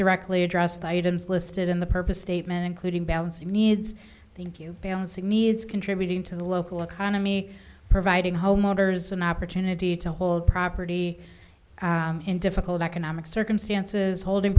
directly address the items listed in the purpose statement including balancing needs thank you needs contributing to the local economy providing homeowners an opportunity to hold property in difficult economic circumstances holding